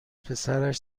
پسرش